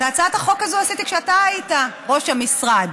את הצעת החוק הזאת עשיתי כשאתה היית ראש המשרד.